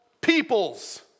peoples